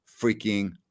freaking